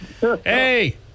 Hey